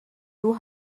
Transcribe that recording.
two